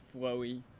flowy